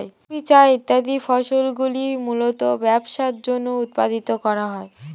coffee, চা ইত্যাদি ফসলগুলি মূলতঃ ব্যবসার জন্য উৎপাদন করা হয়